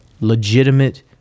legitimate